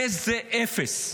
איזה אפס,